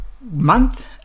month